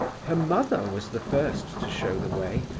her mother was the first to show the way.